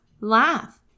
laugh